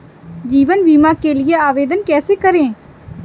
जीवन बीमा के लिए आवेदन कैसे करें?